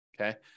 okay